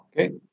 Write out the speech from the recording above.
Okay